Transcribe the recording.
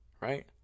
right